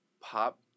pop